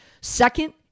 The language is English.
Second